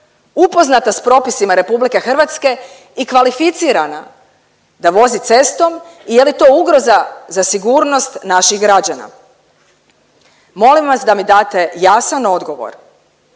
upoznata s propisima RH i kvalificirana da vozi cestom i je li to ugroza za sigurnost naših građana. Molim vas da mi date jasan odgovor?